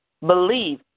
Believe